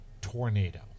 tornado